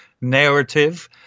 narrative